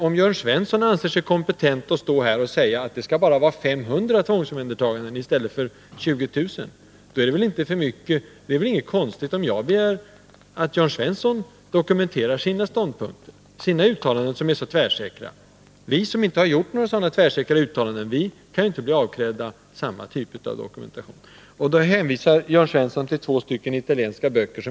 Om Jörn Svensson anser sig kompetent att stå här och säga att det bara skall vara 500 tvångsomhändertaganden i stället för 20 000, är det väl inte konstigt, och inte heller för mycket begärt, att jag ber Jörn Svensson bygga under sina ståndpunkter och uttalanden, som är så tvärsäkra. Vi som inte har gjort några tvärsäkra uttalanden kan inte rimligen bli avkrävda samma typ av dokumentation. Då hänvisar Jörn Svensson till två italienska böcker.